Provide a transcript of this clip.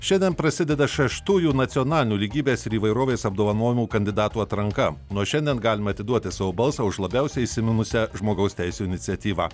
šiandien prasideda šeštųjų nacionalinių lygybės ir įvairovės apdovanojamų kandidatų atranka nuo šiandien galima atiduoti savo balsą už labiausiai įsiminusią žmogaus teisių iniciatyvą